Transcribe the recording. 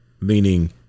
Meaning